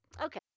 Okay